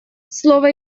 слово